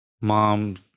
mom